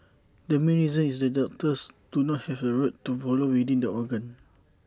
the main reason is that doctors do not have A route to follow within the organ